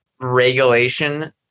regulation